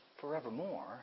forevermore